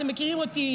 אתם מכירים אותי,